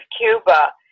Cuba